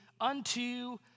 unto